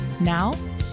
Now